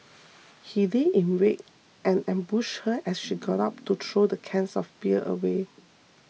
he lay in wait and ambushed her as she got up to throw the cans of beer away